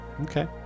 Okay